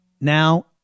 Now